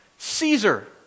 Caesar